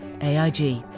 AIG